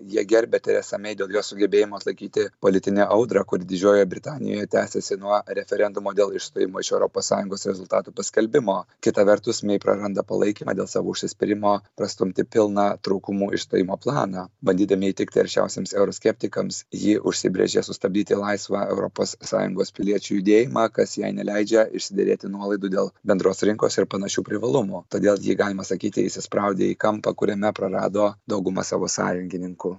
jie gerbia teresą mei dėl jos sugebėjimo atlaikyti politinę audrą kuri didžiojoje britanijoje tęsiasi nuo referendumo dėl išstojimo iš europos sąjungos rezultatų paskelbimo kita vertus mei praranda palaikymą dėl savo užsispyrimo prastumti pilną trūkumų išstojimo planą bandydami įtikti aršiausiems euroskeptikams ji užsibrėžė sustabdyti laisvą europos sąjungos piliečių judėjimą kas jai neleidžia išsiderėti nuolaidų dėl bendros rinkos ir panašių privalumų todėl ji galima sakyti įsispraudė į kampą kuriame prarado daugumą savo sąjungininkų